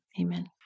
Amen